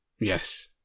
yes